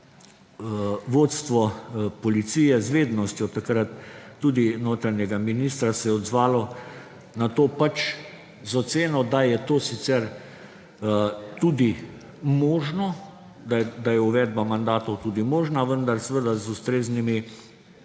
Vodstvo policije, z vednostjo takrat tudi notranjega ministra, se je odzvalo na to pač z oceno, da je to sicer tudi možno, da je uvedba mandatov tudi možna, vendar seveda z ustreznimi